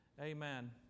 Amen